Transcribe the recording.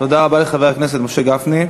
תודה רבה לחבר הכנסת משה גפני.